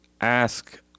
ask